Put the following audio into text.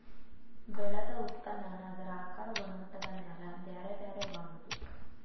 ಬೆಳದ ಉತ್ಪನ್ನಾನ ಅದರ ಆಕಾರಾ ಗುಣಮಟ್ಟದ ಮ್ಯಾಲ ಬ್ಯಾರೆ ಬ್ಯಾರೆ ಮಾಡುದು